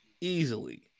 Easily